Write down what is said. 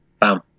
bam